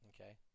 Okay